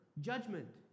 judgment